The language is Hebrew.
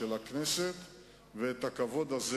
חבר הכנסת בר-און,